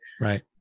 Right